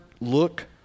look